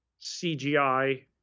cgi